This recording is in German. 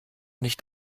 nicht